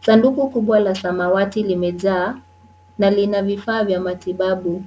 Sanduku kubwa la samawati limejaa na lina vifaa vya matibabu.